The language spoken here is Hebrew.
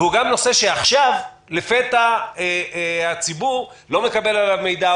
והוא גם נושא שעכשיו לפתע הציבור לא מקבל עליו מידע,